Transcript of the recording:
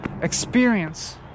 experience